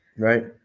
Right